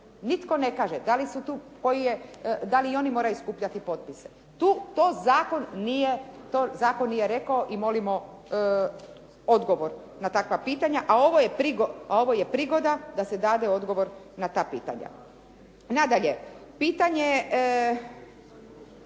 Nitko ne kaže da li i oni moraju skupljati potpise. To zakon nije rekao i molimo odgovor na takva pitanja, a ovo je prigoda da se dade odgovor na ta pitanja. Nadalje, pitanje